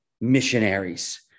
missionaries